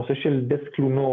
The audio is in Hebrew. הנושא של דסק תלונות,